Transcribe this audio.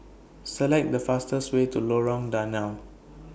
Select The fastest Way to Lorong Danau